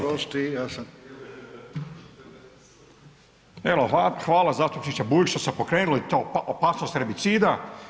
Evo hvala zastupniče Bulj što ste pokrenuli to, opasnost herbicida.